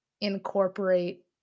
incorporate